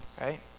Right